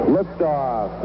Liftoff